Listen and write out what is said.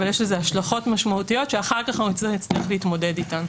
אבל יש לזה השלכות משמעותיות שאחר כך נצטרך להתמודד איתן.